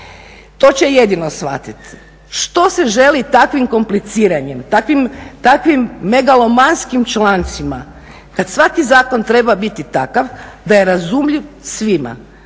To će jedino shvatiti. Što se želi takvim kompliciranjem, takvim megalomanskim člancima kad svaki zakon treba biti takav da je razumljiv svima